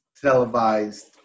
televised